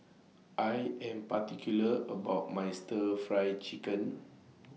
I Am particular about My Stir Fry Chicken